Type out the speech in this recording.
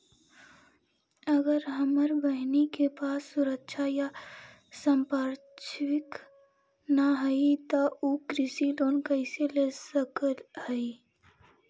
अगर हमर बहिन के पास सुरक्षा या संपार्श्विक ना हई त उ कृषि लोन कईसे ले सक हई?